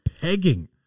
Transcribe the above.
pegging